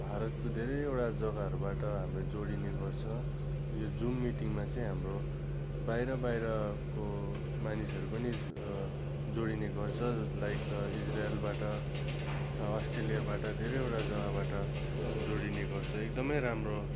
भारतको धेरैवटा जग्गाहरूबाट हाम्रो जोडिने गर्छ यो जुम मिटिङमा चाहिँ हाम्रो बाहिर बाहिरको मानिसहरू पनि जोडिने गर्छ ज लाइक इजलाइलबाट अस्ट्रेलियाबाट धेरैवटा जग्गाबाट जोडिने गर्छ एकदमै राम्रो